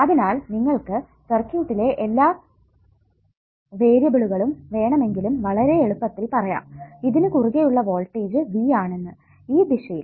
അതിനാൽ നിങ്ങൾക്ക് സർക്യൂട്ടിലെ എല്ലാ വേരിയബിളുകളും വേണമെങ്കിലും വളരെ എളുപ്പത്തിൽ പറയാം ഇതിനു കുറുകെ ഉള്ള വോൾട്ടേജ് V ആണെന്ന് ഈ ദിശയിൽ